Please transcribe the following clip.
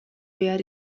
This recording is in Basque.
behar